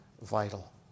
vital